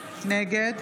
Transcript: נגד